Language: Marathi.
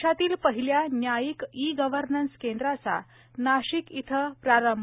देशातील पहिल्या न्यायिक ई गव्हर्नन्स केंद्राचा नाशिक इथ प्रारंभ